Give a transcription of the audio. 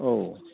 औ